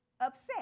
upset